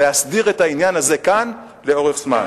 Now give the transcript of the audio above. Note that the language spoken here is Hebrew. להסדיר את העניין הזה כאן לאורך זמן.